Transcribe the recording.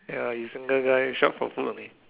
ya you single guy shop for food only